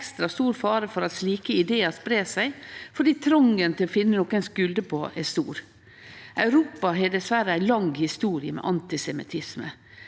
er det ekstra stor fare for at slike idear spreier seg, fordi trongen til å finne nokon å skulde på er stor. Europa har dessverre ei lang historie med antisemittisme.